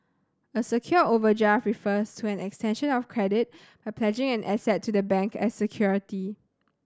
a secured overdraft refers to an extension of credit by pledging an asset to the bank as security